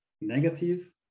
negative